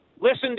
Listen